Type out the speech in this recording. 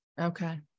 Okay